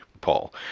Paul